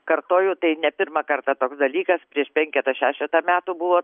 kartoju tai ne pirmą kartą toks dalykas prieš penketą šešetą metų buvo